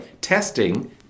testing